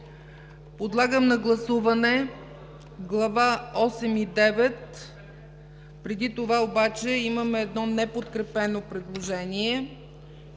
Подлагам на гласуване глави осем и девет. Преди това обаче има едно неподкрепено предложение.